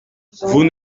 vous